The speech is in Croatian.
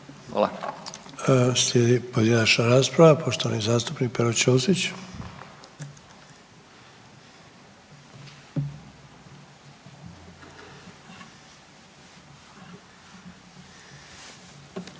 (HDZ)** Slijedi pojedinačna rasprava, poštovani zastupnik Pero Ćosić.